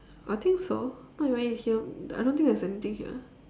I think so not even in here I don't think there's anything here